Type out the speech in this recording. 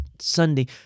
Sunday